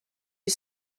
you